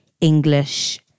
English